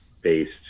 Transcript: based